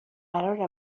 قرار